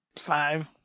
Five